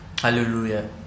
Hallelujah